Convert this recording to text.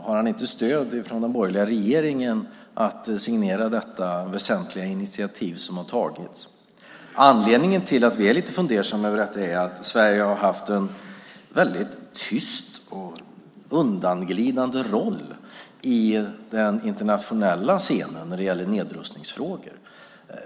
Har han inte stöd från den borgerliga regeringen för att signera detta väsentliga initiativ som har tagits? Anledningen till att vi är lite fundersamma över detta är att Sverige har haft en väldigt tyst och undanglidande roll på den internationella scenen när det gäller nedrustningsfrågor.